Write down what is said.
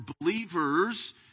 believers